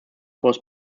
was